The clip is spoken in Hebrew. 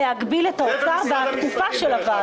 אני חושבת שצריך להגביל את האוצר בתקופה של הוועדה.